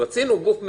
רצינו גוף ממיין.